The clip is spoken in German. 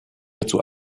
dazu